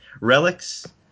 relics